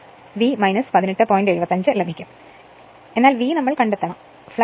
75 ലഭിക്കും എന്നാൽ V നമ്മൾ നിർണ്ണയിക്കണം